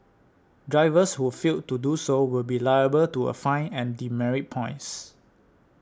drivers who fail to do so will be liable to a fine and demerit points